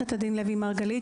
עורכת הדין לוי מרגלית,